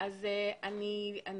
אחרי דברייך